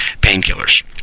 painkillers